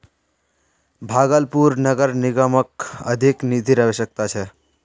भागलपुर नगर निगमक अधिक निधिर अवश्यकता छ